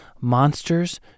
monsters